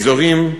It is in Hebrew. אזורים,